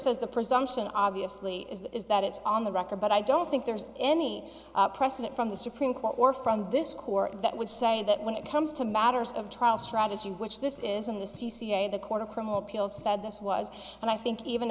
says the presumption obviously is that it's on the record but i don't think there's any precedent from the supreme court or from this court that would say that when it comes to matters of trial strategy which this isn't the c c a the court of criminal appeals said this was and i think even